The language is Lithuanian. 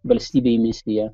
valstybei misiją